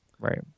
Right